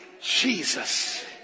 Jesus